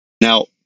Now